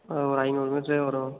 ஆ ஒரு ஐந்நூறு யூனிட்ஸ்லேயும் வரும்